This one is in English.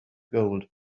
gold